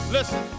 Listen